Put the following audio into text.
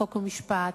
חוק ומשפט,